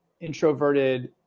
introverted